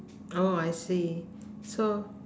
oh I see so